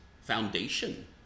foundation